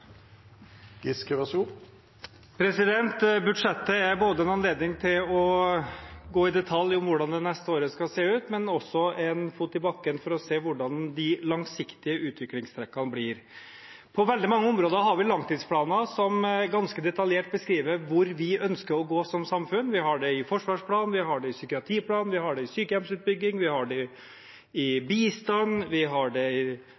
en anledning til å gå i detalj om hvordan det neste året skal se ut, men også til en fot i bakken for å se hvordan de langsiktige utviklingstrekkene blir. På veldig mange områder har vi langtidsplaner som ganske detaljert beskriver hvor vi ønsker å gå som samfunn. Vi har det i forsvarsplanen. Vi har det i psykiatriplanen. Vi har det for sykehjemsutbygging. Vi har det for bistand. Vi har det